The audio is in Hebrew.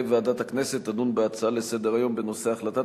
ועדת הכנסת תדון בהצעה לסדר-היום בנושא: החלטת